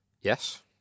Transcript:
Yes